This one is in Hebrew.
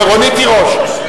רונית תירוש.